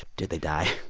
did they die?